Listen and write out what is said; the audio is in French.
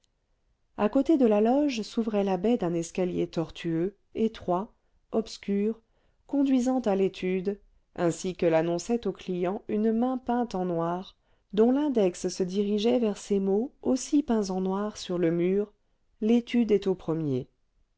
à côté de la loge s'ouvrait la baie d'un escalier tortueux étroit obscur conduisant à l'étude ainsi que l'annonçait aux clients une main peinte en noir dont l'index se dirigeait vers ces mots aussi peints en noir sur le mur l'étude est au premier